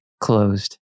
closed